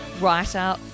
writer